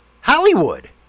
Hollywood